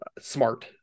smart